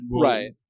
Right